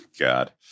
god